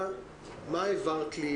מה העברת לי?